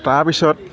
তাৰপিছত